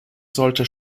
sollte